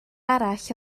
arall